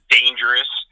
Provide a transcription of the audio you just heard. dangerous